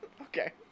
Okay